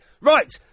Right